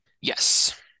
yes